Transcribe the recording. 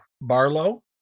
Barlow